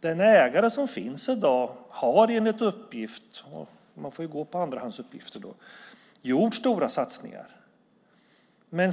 linje. Dagens ägare har - enligt uppgift, man får gå på andrahandsuppgifter - gjort stora satsningar.